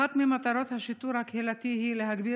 2. אחת ממטרות השיטור הקהילתי היא להגביר